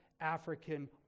African